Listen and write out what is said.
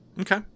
Okay